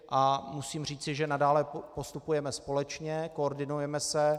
A musím říci, že nadále postupujeme společně, koordinujeme se.